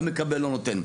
לא מקבל, לא נותן.